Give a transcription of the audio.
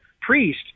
priest